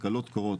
תקלות קורות